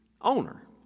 owner